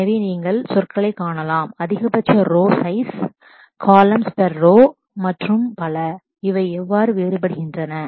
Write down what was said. எனவே நீங்கள் சொற்களைக் காணலாம் அதிகபட்ச row size row size columns per row columns per row மற்றும் பல அவை எவ்வாறு வேறுபடுகின்றன